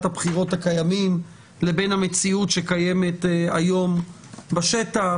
הבחירות הקיימים לבין המציאות שקיימת היום בשטח,